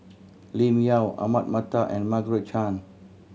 Lim Yau Ahmad Mattar and Margaret Chan